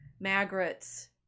Margaret's